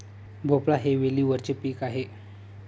भोपळा हे वेलीवरचे पीक आहे